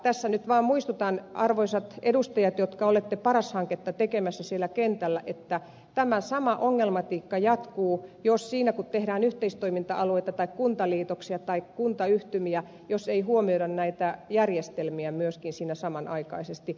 tässä nyt vaan muistutan arvoisat edustajat jotka olette paras hanketta tekemässä siellä kentällä että tämä sama ongelmatiikka jatkuu jos siinä kun tehdään yhteistoiminta alueita tai kuntaliitoksia tai kuntayhtymiä ei huomioida näitä järjestelmiä samanaikaisesti